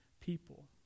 people